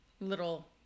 little